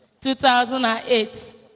2008